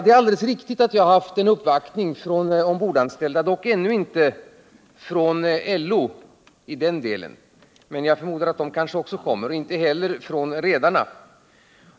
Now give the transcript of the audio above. Det är alldeles riktigt att jag har haft en uppvaktning från de ombordanställda — dock ännu inte från LO i den delen, men jag förmodar att den kanske också kommer, och inte heller från redarna.